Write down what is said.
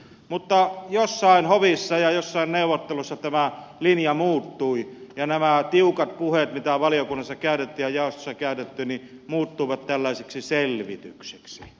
mutta jossain hovissa ja jossain neuvottelussa tämä linja muuttui ja nämä tiukat puheenvuorot mitä valiokunnassa käytettiin ja jaostossa käytettiin muuttuivat tällaisiksi selvityksiksi